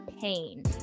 pain